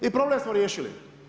I problem smo riješili.